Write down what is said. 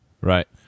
Right